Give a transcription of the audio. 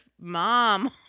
mom